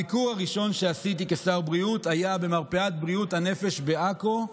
הביקור הראשון שעשיתי כשר בריאות היה במרפאת בריאות הנפש בעכו,